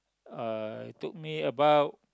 uh took me about